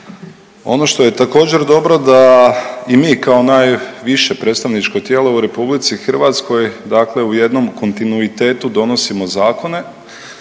Ono što je također dobro da i mi kao najviše predstavničko tijelo u RH dakle u jednom kontinuitetu donosimo zakone.